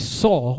saw